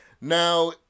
now